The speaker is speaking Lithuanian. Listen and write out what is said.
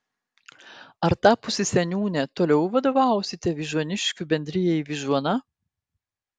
ar tapusi seniūne toliau vadovausite vyžuoniškių bendrijai vyžuona